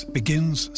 begins